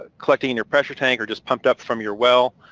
ah collecting in your pressure tank or just pumped up from your well,